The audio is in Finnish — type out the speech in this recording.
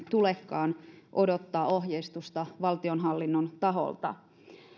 tulekaan odottaa ohjeistusta valtionhallinnon taholta